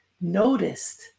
noticed